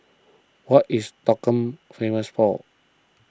what is Stockholm famous for